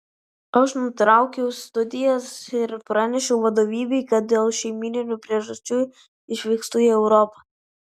aš nutraukiau studijas ir pranešiau vadovybei kad dėl šeimyninių priežasčių išvykstu į europą